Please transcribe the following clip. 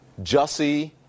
Jussie